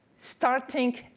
starting